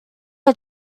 are